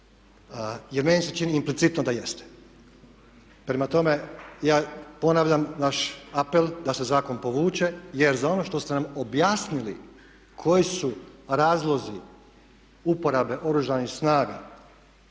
Jer meni se čini implicitno da jeste. Prema tome, ja ponavljam naš apel da se zakon povuče jer za ono što ste nam objasnili koji su razlozi uporabe Oružanih snaga